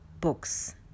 books